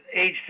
age